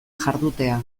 jardutea